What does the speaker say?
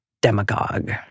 Demagogue